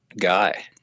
guy